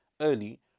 early